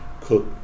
cook